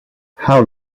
how